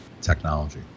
technology